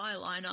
eyeliner